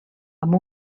amb